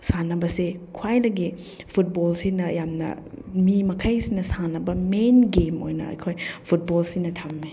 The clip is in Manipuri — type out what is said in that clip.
ꯁꯥꯟꯅꯕꯁꯦ ꯈ꯭ꯋꯥꯏꯗꯒꯤ ꯐꯨꯠꯕꯣꯜꯁꯤꯅ ꯌꯥꯝꯅ ꯃꯤ ꯃꯈꯩꯁꯤꯅ ꯁꯥꯟꯅꯕ ꯃꯦꯟ ꯒꯦꯝ ꯑꯣꯏꯅ ꯑꯩꯈꯣꯏ ꯐꯨꯠꯕꯣꯜꯁꯤꯅ ꯊꯝꯃꯦ